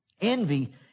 Envy